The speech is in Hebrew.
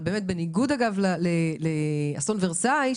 אבל בניגוד לאסון ורסאי,